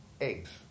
Eggs